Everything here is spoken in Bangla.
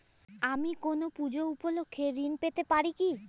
আমি কোনো পূজা উপলক্ষ্যে ঋন পেতে পারি কি?